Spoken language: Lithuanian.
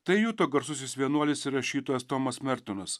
tai juto garsusis vienuolis rašytojas tomas mertonas